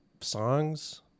songs